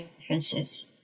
differences